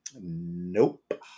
Nope